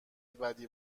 بدی